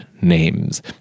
names